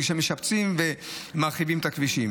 בגלל שמשפצים ומרחיבים את הכבישים.